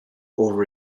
over